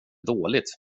dåligt